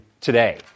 today